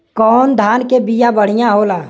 कौन धान के बिया बढ़ियां होला?